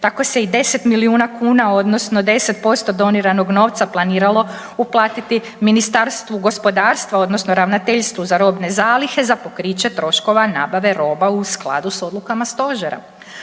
Tako se i 10 milijuna kuna odnosno 10% doniranog novca planiralo uplatiti Ministarstvu gospodarstva odnosno Ravnateljstvu za robne zalihe za pokriće troškova nabave roba u skladu s odlukama stožera.